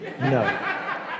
no